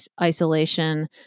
isolation